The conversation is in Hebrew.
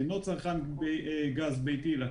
שאינו צרכן גז ביתי.